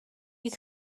you